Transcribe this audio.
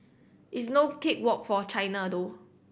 it's no cake walk for China though